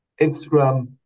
Instagram